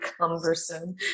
cumbersome